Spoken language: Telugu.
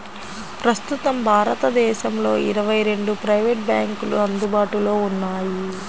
ప్రస్తుతం భారతదేశంలో ఇరవై రెండు ప్రైవేట్ బ్యాంకులు అందుబాటులో ఉన్నాయి